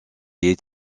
est